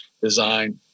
design